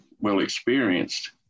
well-experienced